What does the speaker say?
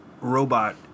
robot